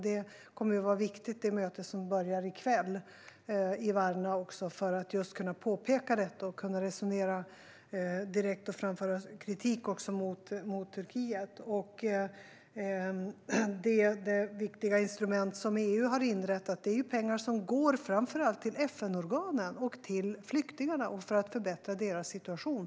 Det möte som börjar i kväll i Varna är viktigt för att man ska kunna påpeka detta och för att man ska kunna resonera direkt och framföra kritik mot Turkiet. Det viktiga instrument som EU har inrättat handlar om pengar som går framför allt till FN-organen och till flyktingarna för att förbättra deras situation.